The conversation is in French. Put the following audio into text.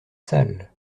sale